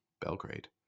Belgrade